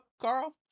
Carl